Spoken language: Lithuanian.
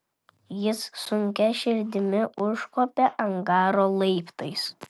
jis sunkia širdimi užkopė angaro laiptais